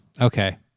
okay